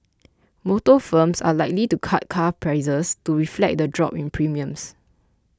motor firms are likely to cut car prices to reflect the drop in premiums